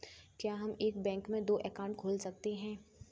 क्या हम एक बैंक में दो अकाउंट खोल सकते हैं?